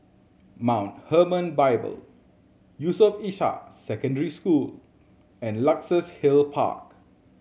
Mount Hermon Bible Yusof Ishak Secondary School and Luxus Hill Park